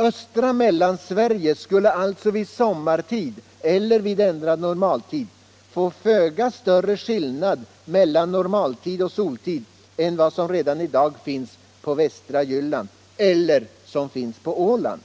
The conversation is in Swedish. Östra Mellansverige skulle alltså vid sommartid eller vid ändrad normaltid få föga större skillnad mellan normaltid och soltid än vad som redan i dag finns på västra Jylland eller på Åland.